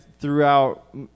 throughout